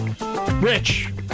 Rich